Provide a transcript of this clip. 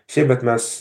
šiemet mes